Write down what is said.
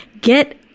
get